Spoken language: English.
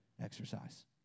exercise